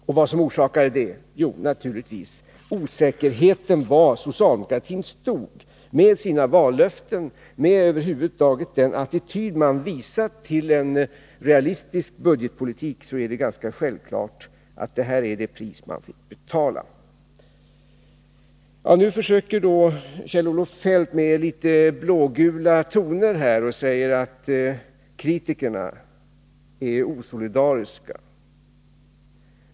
Orsaken till det var naturligtvis osäkerheten om var socialdemokratin stod med sina vallöften och över huvud taget med den attityd man visade gentemot en realistisk budgetpolitik. Det är ganska självklart att detta var det pris man fick betala. Nu försöker Kjell-Olof Feldt med litet blågula toner att säga att kritikerna är osolidariska.